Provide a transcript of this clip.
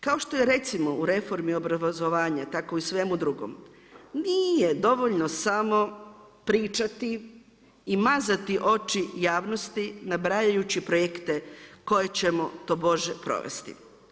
Kao što je recimo u reformi obrazovanja, tako i u svemu drugom, nije dovoljno samo pričati i mazati oči javnosti nabrajajući projekte koje ćemo tobože provesti.